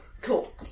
Cool